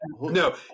No